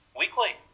weekly